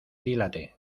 dilate